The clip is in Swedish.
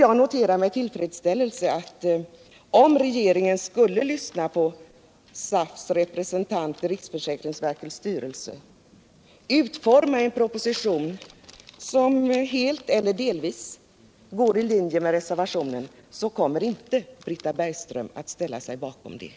Jag noterar med tillfredsställelse, att om regeringen skulle lyssna på SAF:s representanter i riksförsäkringsverkets styrelse och utforma en proposition som helt eller delvis överensstämmer med reservationen så kommer inte Britta Bergström att ställa sig bakom den,